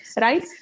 Right